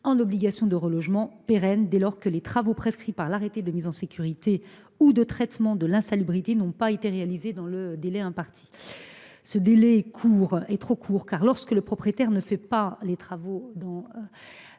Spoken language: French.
en obligation de relogement pérenne, dès lors que les travaux prescrits par l’arrêté de mise en sécurité ou de traitement de l’insalubrité n’ont pas été réalisés dans le délai imparti. Ce délai est trop court, car, lorsque le propriétaire n’achève pas les travaux